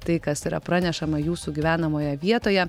tai kas yra pranešama jūsų gyvenamoje vietoje